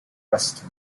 preston